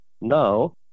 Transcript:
now